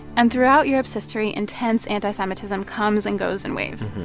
and throughout europe's history, intense anti-semitism comes and goes in waves.